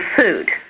food